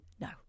No